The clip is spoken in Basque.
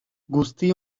guzti